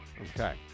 Okay